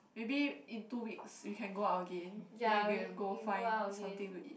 maybe in two weeks we can go out again then we can go find something to eat